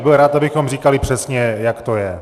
Byl bych rád, abychom říkali přesně, jak to je.